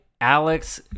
Alex